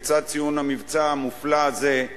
בצד ציון המבצע המופלא הזה,